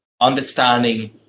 understanding